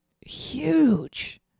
huge